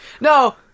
No